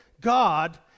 God